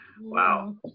Wow